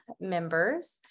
members